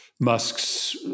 Musk's